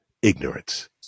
Ignorance